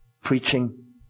preaching